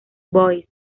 voice